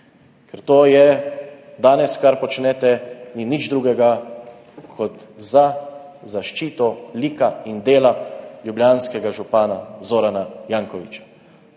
ker to, kar danes počnete, ni nič drugega kot zaščita lika in dela ljubljanskega župana Zorana Jankovića,